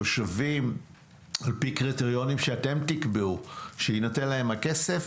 תושבים על פי קריטריונים שאתם תקבעו שיינתן להם הכסף.